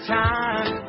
time